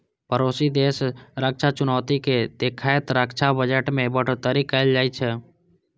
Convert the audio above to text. पड़ोसी देशक रक्षा चुनौती कें देखैत रक्षा बजट मे बढ़ोतरी कैल जाइ छै